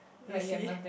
you see